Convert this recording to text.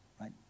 right